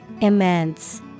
Immense